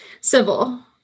Civil